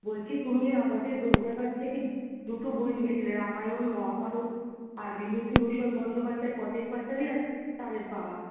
বলছি তুমি আমাদের গ্রন্থাগার থেকে দুটো বই নিয়ে গিয়েছিলে রামায়ণ মহাভারত আর বিভূতিভূষণ বন্দ্যোপাধ্যায়ের পথের পাঁচালী আর চাঁদের পাহাড়